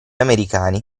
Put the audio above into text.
americani